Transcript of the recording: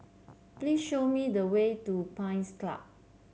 please show me the way to Pines Club